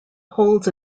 holds